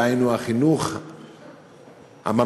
דהיינו החינוך הממלכתי,